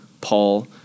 Paul